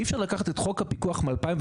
אי אפשר לקחת את חוק הפיקוח מ-2016,